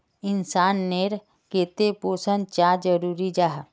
इंसान नेर केते पोषण चाँ जरूरी जाहा?